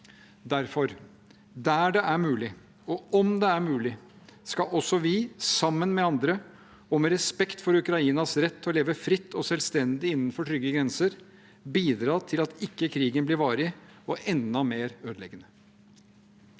Derfor: Der det er mulig, og om det er mulig, skal også vi, sammen med andre og med respekt for Ukrainas rett til å leve fritt og selvstendig innenfor trygge grenser, bidra til at krigen ikke blir varig og enda mer ødeleggende.